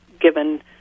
given